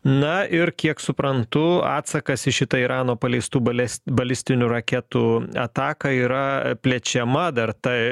na ir kiek suprantu atsakas į šitą irano paleistų bales balistinių raketų ataką yra plečiama dar ta